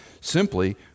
simply